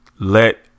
let